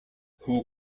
who